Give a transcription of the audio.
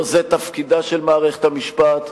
לא זה תפקידה של מערכת המשפט,